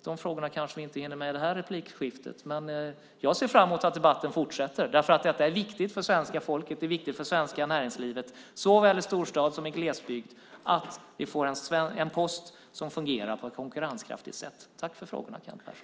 Dessa frågor kanske inte hinner besvaras i det här replikskiftet. Men jag ser fram att debatten fortsätter, därför att det är viktigt för svenska folket och för det svenska näringslivet, såväl i storstad som i glesbygd, att vi får en post som fungerar på ett konkurrenskraftigt sätt. Tack för frågorna, Kent Persson.